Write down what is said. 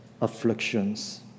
afflictions